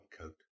coat